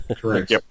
Correct